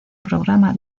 programa